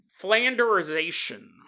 Flanderization